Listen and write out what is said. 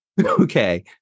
Okay